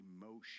emotion